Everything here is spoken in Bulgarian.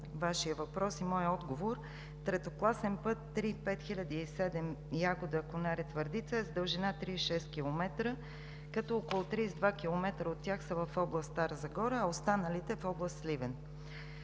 Вашия въпрос е и моят отговор. Третокласен път III-5007 – Ягода – Конаре – Твърдица е с дължина 36 км, като около 32 км от тях са в област Стара Загора, а останалите в област Сливен.